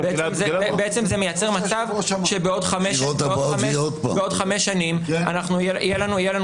בעצם זה מייצר מצב שבעוד חמש שנים יהיה לנו